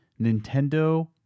Nintendo